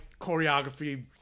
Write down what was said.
choreography